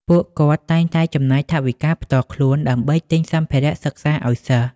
ពួកគាត់តែងតែចំណាយថវិកាផ្ទាល់ខ្លួនដើម្បីទិញសម្ភារៈសិក្សាឲ្យសិស្ស។